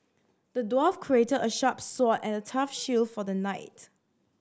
the dwarf created a sharp sword and a tough shield for the knight